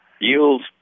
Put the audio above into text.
yields